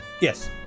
Yes